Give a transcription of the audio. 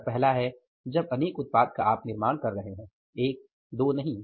अतः पहला है जब अनेक उत्पाद का आप निर्माण कर रहे हैं एक या दो नहीं